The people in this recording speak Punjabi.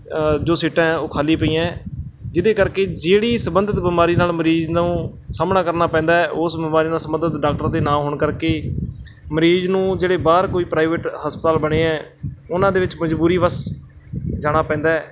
ਜੋ ਸੀਟਾਂ ਹੈ ਉਹ ਖਾਲੀ ਪਈਆਂ ਹੈ ਜਿਸ ਦੇ ਕਰਕੇ ਜਿਹੜੀ ਸੰਬੰਧਿਤ ਬਿਮਾਰੀ ਨਾਲ ਮਰੀਜ਼ ਨੂੰ ਸਾਹਮਣਾ ਕਰਨਾ ਪੈਂਦਾ ਹੈ ਉਸ ਬਿਮਾਰੀ ਨਾਲ ਸੰਬੰਧਿਤ ਡਾਕਟਰ ਦੇ ਨਾ ਹੋਣ ਕਰਕੇ ਮਰੀਜ਼ ਨੂੰ ਜਿਹੜੇ ਬਾਹਰ ਕੋਈ ਪ੍ਰਾਈਵੇਟ ਹਸਪਤਾਲ ਬਣੇ ਹੈ ਉਹਨਾਂ ਦੇ ਵਿੱਚ ਮਜ਼ਬੂਰੀ ਵਸ ਜਾਣਾ ਪੈਂਦਾ ਹੈ